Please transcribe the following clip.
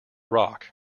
rock